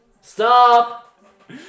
Stop